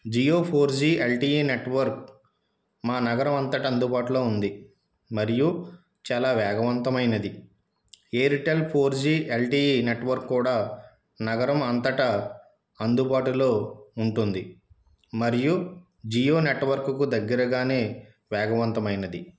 Jio four G LTE network మా నగరమంతటా అందుబాటులో ఉంది మరియు చాలా వేగవంతమైనది Airtel four G LTE network కూడా నగరమంతటా అందుబాటులో ఉంటుంది మరియు జియో నెట్వర్క్కు దగ్గరగానే వేగవంతమైనది